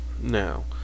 Now